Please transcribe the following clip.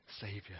Savior